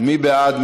מי בעד?